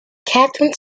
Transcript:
katharine